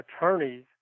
attorneys